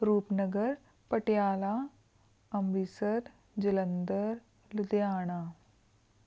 Rupnagar Patiala Amritsar Jalandhar Ludhiana